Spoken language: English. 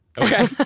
Okay